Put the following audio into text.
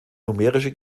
numerische